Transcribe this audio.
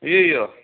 ஐயையோ